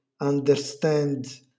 understand